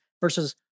versus